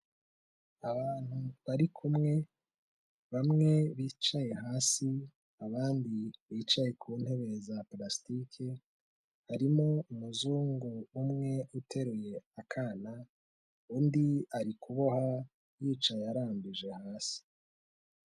Abantu bari kumwe, bamwe bicaye hasi, abandi bicaye ku ntebe za purasitike, harimo umuzungu umwe uteruye akana, undi ari kuboha yicaye arambije hasi.